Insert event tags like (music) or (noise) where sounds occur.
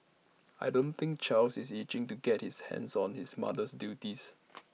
I don't think Charles is itching to get his hands on his mother's duties (noise)